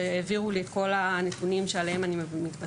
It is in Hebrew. שהעבירו לי את כל הנתונים שעליהם אני מתבססת.